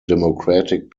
democratic